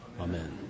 Amen